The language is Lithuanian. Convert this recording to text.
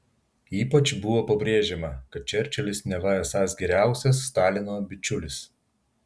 ypač buvo pabrėžiama kad čerčilis neva esąs geriausias stalino bičiulis